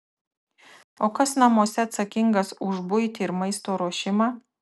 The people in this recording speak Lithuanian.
o kas namuose atsakingas už buitį ir maisto ruošimą